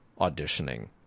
auditioning